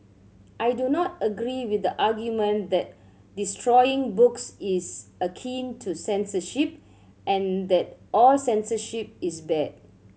I do not agree with the argument that destroying books is akin to censorship and that all censorship is bad